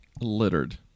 littered